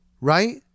right